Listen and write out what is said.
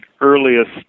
earliest